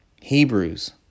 Hebrews